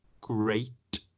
great